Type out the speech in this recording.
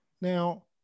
Now